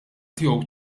tiegħu